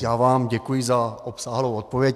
Já vám děkuji za obsáhlou odpověď.